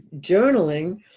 journaling